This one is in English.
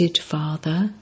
father